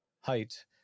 height